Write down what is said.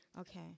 Okay